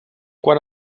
quan